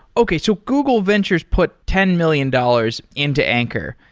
okay. so google ventures put ten million dollars into anchor,